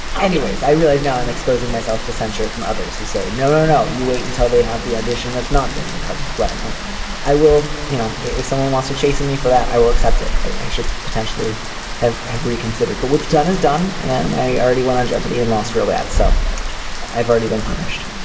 anyways i realize now i'm exposing myself to censure from others who say no no no. you wait until they have the audition that's not during your cousin's wedding and i will you know if someone wants to chasing me for that i will accept it. i should potentially have every considered but what's done is done and i already won on jeopardy and lost row at so i've already been punished.